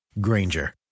Granger